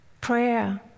Prayer